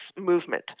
movement